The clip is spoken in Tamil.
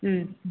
ம்